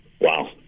Wow